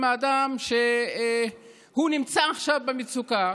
עם אדם שהוא נמצא עכשיו במצוקה,